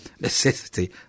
necessity